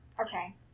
Okay